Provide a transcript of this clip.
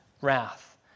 wrath